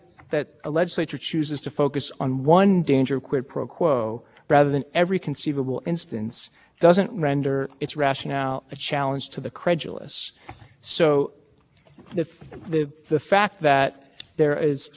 to just set up an l l c l l c so part of the equal protection claim here is that individual contractors are worse off but that's not really clear there in some ways that they're they are better off in some ways that they're worse off when one thing the challengers say